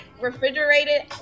Refrigerated